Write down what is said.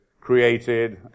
created